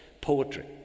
poetry